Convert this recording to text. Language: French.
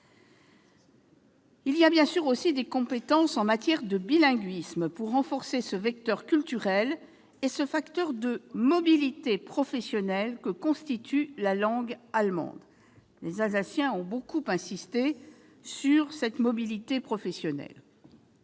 lieu, de compétences en matière de bilinguisme, pour renforcer ce vecteur culturel et ce facteur de mobilité professionnelle que constitue la langue allemande ; les Alsaciens ont beaucoup insisté sur la mobilité professionnelle.